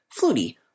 Flutie